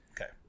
Okay